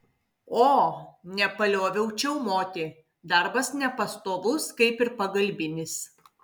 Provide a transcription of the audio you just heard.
o nepalioviau čiaumoti darbas nepastovus kaip ir pagalbinis